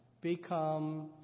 become